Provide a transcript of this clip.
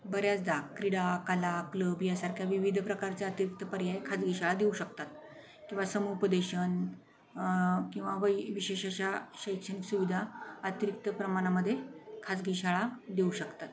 बऱ्याचदा क्रीडा कला क्लब यासारख्या विविध प्रकारच्या अतिरिक्त पर्याय खाजगी शाळा देऊ शकतात किंवा समूपदेशन किंवा वै विशेष अशा शैक्षणिक सुविधा अतिरिक्त प्रमाणामध्ये खाजगी शाळा देऊ शकतात